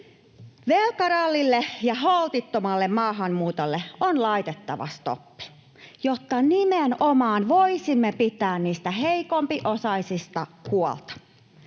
Velkarallille ja holtittomalle maahanmuutolle on laitettava stoppi, jotta nimenomaan voisimme pitää niistä heikompiosaisista huolta.